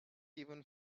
even